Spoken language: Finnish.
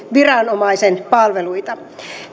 viranomaisen palveluita